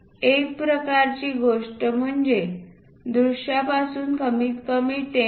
एक प्रकारची गोष्ट म्हणजे दृश्यापासून कमीतकमी 10 मि